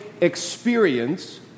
experience